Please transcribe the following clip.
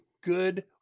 good